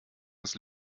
das